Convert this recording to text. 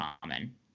common